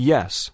Yes